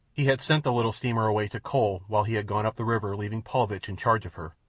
he had sent the little steamer away to coal while he had gone up the river, leaving paulvitch in charge of her,